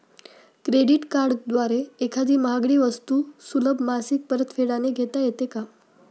Credit कार्डद्वारे एखादी महागडी वस्तू सुलभ मासिक परतफेडने घेता येते का?